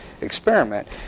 experiment